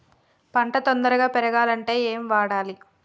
పంట తొందరగా పెరగాలంటే ఏమి వాడాలి?